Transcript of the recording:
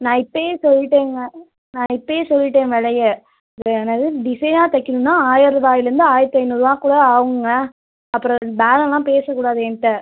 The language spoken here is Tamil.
நான் இப்போயே சொல்லிவிட்டேங்க நான் இப்போயே சொல்லிவிட்டேன் விலைய த என்னது டிசைனாக தைக்கிணுன்னா ஆயிரம் ரூபாய்லேர்ந்து ஆயிரத்து ஐந்நூறுரூவாக்குள்ள ஆகுங்க அப்புறம் பேரமெலாம் பேசக்கூடாது என்கிட்ட